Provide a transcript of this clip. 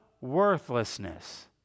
worthlessness